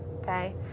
Okay